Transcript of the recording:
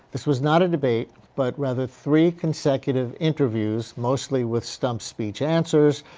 this was not a debate but rather three consecutive interviews mostly with stump-speech answers.